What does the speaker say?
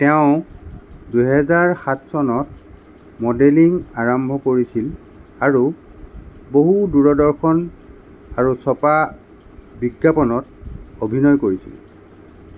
তেওঁ দুহেজাৰ সাত চনত মডেলিং আৰম্ভ কৰিছিল আৰু বহু দূৰদৰ্শন আৰু ছপা বিজ্ঞাপনত অভিনয় কৰিছিল